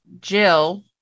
jill